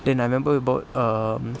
then I remember bought um